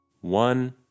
One